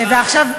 רק שניים.